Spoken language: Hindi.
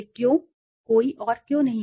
वे क्यों कोई और क्यों नहीं